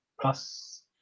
plus